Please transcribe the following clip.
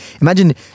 Imagine